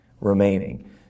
remaining